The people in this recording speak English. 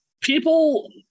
people